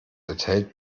enthält